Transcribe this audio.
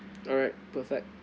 alright perfect